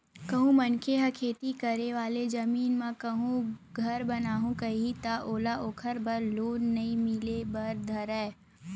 कहूँ मनखे ह खेती करे वाले जमीन म कहूँ घर बनाहूँ कइही ता ओला ओखर बर लोन नइ मिले बर धरय